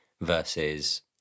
versus